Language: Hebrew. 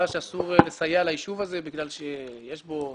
שאסור לסייע לישוב הזה בגלל שיש בו עבריינים?